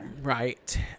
Right